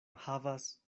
havas